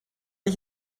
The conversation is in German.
ich